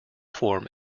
form